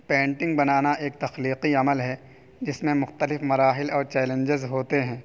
painting بنانا ایک تخلیقی عمل ہے جس میں مختلف مراحل اور چیلنجز ہوتے ہیں